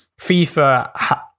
FIFA